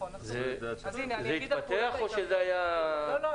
האם זה התפתח או שזה היה בשוליים?